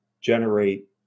generate